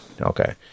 Okay